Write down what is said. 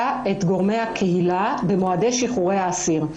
את גורמי הקהילה במועדי שחרורי האסיר.